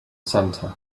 center